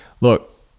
look